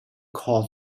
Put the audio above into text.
call